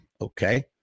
okay